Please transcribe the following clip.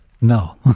No